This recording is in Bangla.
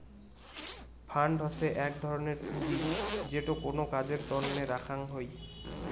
ফান্ড হসে এক ধরনের পুঁজি যেটো কোনো কাজের তন্নে রাখ্যাং হই